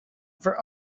for